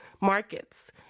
markets